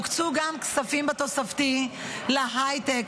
הוקצו גם כספים בתוספתי להייטק,